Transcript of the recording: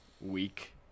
week